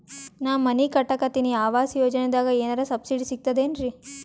ನಾ ಮನಿ ಕಟಕತಿನಿ ಆವಾಸ್ ಯೋಜನದಾಗ ಏನರ ಸಬ್ಸಿಡಿ ಸಿಗ್ತದೇನ್ರಿ?